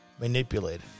manipulated